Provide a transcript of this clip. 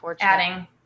adding